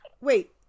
wait